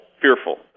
fearful